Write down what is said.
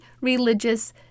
religious